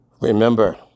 Remember